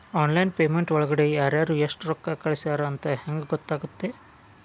Online payment ಒಳಗಡೆ ಯಾರ್ಯಾರು ಎಷ್ಟು ರೊಕ್ಕ ಕಳಿಸ್ಯಾರ ಅಂತ ಹೆಂಗ್ ಗೊತ್ತಾಗುತ್ತೆ?